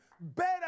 Better